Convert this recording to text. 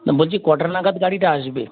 না বলছি কটা নাগাদ গাড়িটা আসবে